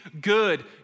Good